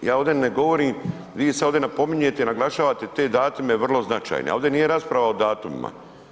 Ja ovde ne govorin, vi se ovdje napominjete i naglašavate te datume vrlo značajne, a ovde nije rasprava o datumima.